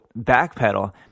backpedal